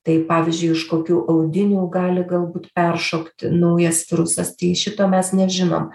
tai pavyzdžiui iš kokių audinių gali galbūt peršokti naujas virusas tai šito mes nežinom